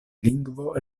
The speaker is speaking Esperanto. lingvo